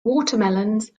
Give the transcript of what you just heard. watermelons